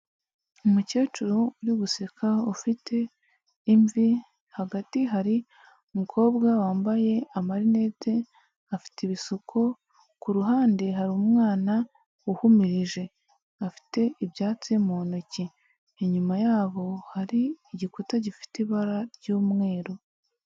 Umukecuru uri guseka ufite imvi, hagati hari umukobwa wambaye amarinete afite ibisuko, ku ruhande hari umwana uhumurije, afite ibyatsi mu ntoki, inyuma yabo hari igikuta gifite ibara ry'umweru.